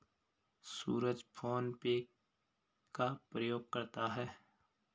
सूरज PhonePe का प्रयोग करता है